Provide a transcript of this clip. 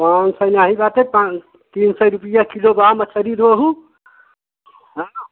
पान सै नाहीं बाटई पान तीन सौ रुपिया किलो बा मछली रोहू हाँ